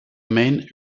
main